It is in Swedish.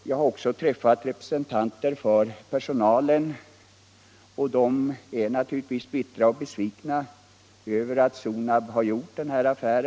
Jag har träffat representanter för personalen. De är naturligtvis bittra och besvikna över att Sonab gjort denna affär.